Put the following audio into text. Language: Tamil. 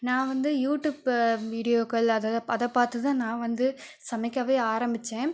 நான் வந்து யூடியூப் வீடியோக்கள் அதை அதை பார்த்து தான் நான் வந்து சமைக்கவே ஆரம்மித்தேன்